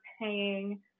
paying